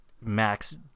Max